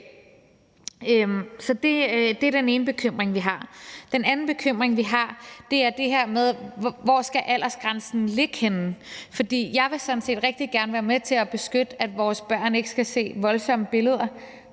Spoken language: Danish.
Det er den ene bekymring, vi har. Den anden bekymring, vi har, er det her med, hvor aldersgrænsen skal ligge henne. Jeg vil sådan set godt være med til at beskytte vores børn mod voldsomme billeder